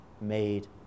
made